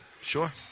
sure